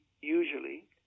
Usually